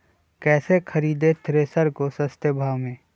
कैसे खरीदे थ्रेसर को सस्ते भाव में?